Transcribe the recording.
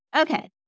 Okay